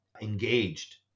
engaged